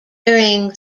during